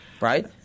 right